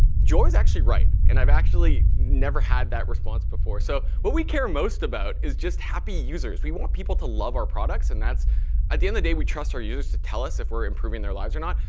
joy is actually right. and i've actually never had that response before. so what we care most about is just happy users. we want people to love our products, and that's at the end of the day, we trust our used to tell us if we're improving their lives or not.